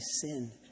sin